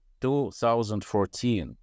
2014